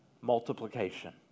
Multiplication